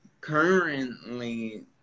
currently